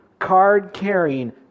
card-carrying